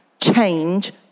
Change